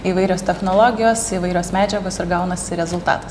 įvairios technologijos įvairios medžiagos ir gaunasi rezultatas